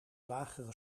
lagere